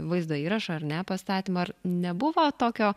vaizdo įrašą ar ne pastatymą ar nebuvo tokio